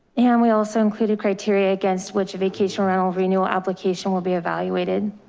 and we also included criteria against which a vacation rental renewal application will be evaluated.